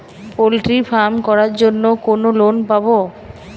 Poultry farm করার জন্য কোন লোন পাব?